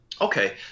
okay